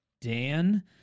Dan